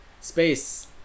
space